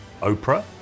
Oprah